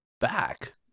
back